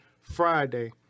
Friday